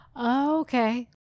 Okay